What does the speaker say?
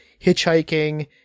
hitchhiking